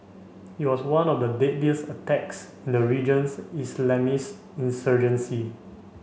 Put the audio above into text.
it was one of the deadliest attacks in the region's Islamist insurgency